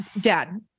Dad